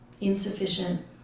insufficient